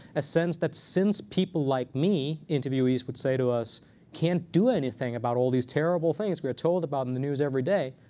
a sense that since people like me interviewees would say to us can't do anything about all these terrible things we are told about in the news everyday,